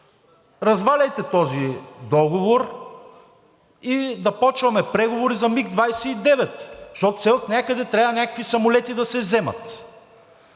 разваляйте този договор и да започваме преговори за МиГ-29, защото все отнякъде трябва някакви самолети да се вземат.